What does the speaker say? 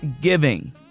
giving